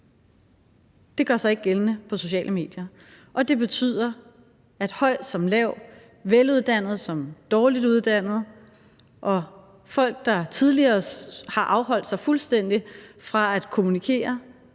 Det gør sig ikke gældende på sociale medier, og det betyder, at høj som lav, veluddannet som dårligt uddannet, folk, der tidligere har afholdt sig fuldstændig fra at kommunikere,